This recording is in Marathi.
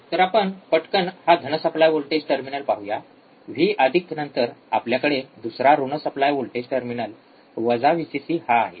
तर आपण पटकन हा धन सप्लाय वोल्टेज टर्मिनल पाहूया व्ही अधिक V नंतर आपल्याकडे दुसरा ऋण सप्लाय वोल्टेज टर्मिनल वजा व्हिसीसी हा आहे